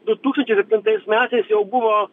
du tūkstančiai septintais metais jau buvo